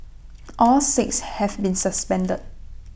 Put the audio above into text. all six have been suspended